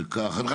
זה נכון.